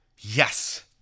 Yes